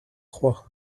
croix